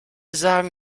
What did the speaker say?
sagen